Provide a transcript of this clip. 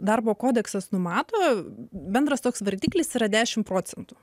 darbo kodeksas numato bendras toks vardiklis yra dešim procentų